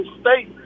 State